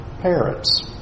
parents